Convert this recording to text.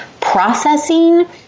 processing